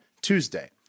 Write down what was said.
Tuesday